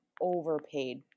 overpaid